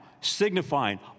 signifying